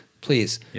please